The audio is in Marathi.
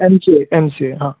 M C A M C A हा